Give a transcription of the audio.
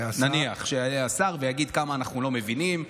נניח שיעלה השר ויגיד כמה אנחנו לא מבינים.